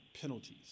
penalties